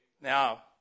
Now